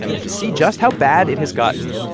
and to see just how bad it has gotten,